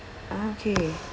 ah okay